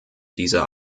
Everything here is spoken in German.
dieser